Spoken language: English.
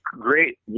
great